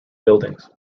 buildings